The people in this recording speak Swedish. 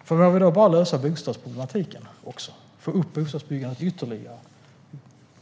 Vi ska bara lösa bostadsproblematiken också och få upp bostadsbyggandet ytterligare.